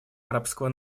арабского